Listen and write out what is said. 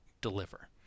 deliver